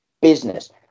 business